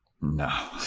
No